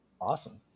awesome